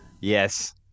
Yes